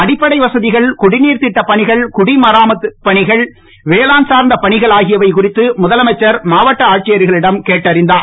அடிப்படை வசதிகள் குடிநீர் திட்டப் பணிகள் குடிமராமத்து பணிகள் வேளாண் சார்ந்த பணிகள் ஆகியவை குறித்து முதலமைச்சர் மாவட்ட ஆட்சியர்களிடம் கேட்டறிந்தார்